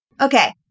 Okay